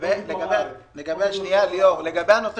למה עלית